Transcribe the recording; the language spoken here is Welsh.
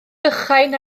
bychain